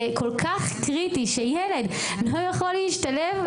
זה כל כך קריטי שילד לא יכול להשתלב,